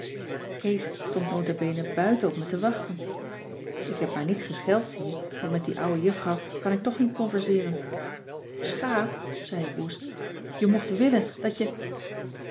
kees stond nota bene buiten op me te wachten ik heb maar niet gescheld zie je want met die ouwe juffrouw kan ik toch niet converseeren schaap zei ik woest je mocht willen dat je